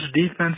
defense